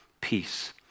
peace